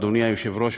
אדוני היושב-ראש,